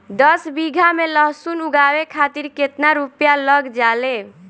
दस बीघा में लहसुन उगावे खातिर केतना रुपया लग जाले?